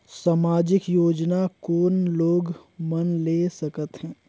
समाजिक योजना कोन लोग मन ले सकथे?